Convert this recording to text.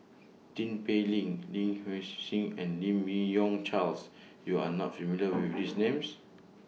Tin Pei Ling Lin Hsin and Lim Yi Yong Charles YOU Are not familiar with These Names